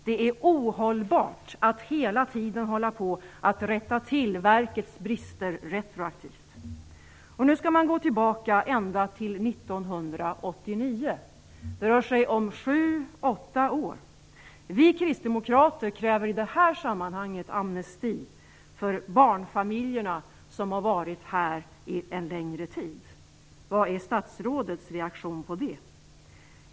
Det är ohållbart att hela tiden hålla på och retroaktivt rätta till verkets brister. Nu skall man gå tillbaka ända till 1989. Det rör sig om sju åtta år. Vi kristdemokrater kräver i det här sammanhanget amnesti för de barnfamiljer som varit här en längre tid. Vilken är statsrådets reaktion på det?